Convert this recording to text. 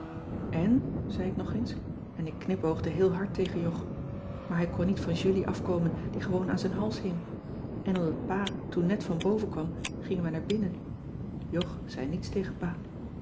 en zei ik nog eens en ik knipoogde heel hard tegen jog maar hij kon niet van julie afkomen die gewoon aan z'n hals hing en omdat pa toen net van boven kwam gingen we naar binnen jog zei niets tegen pa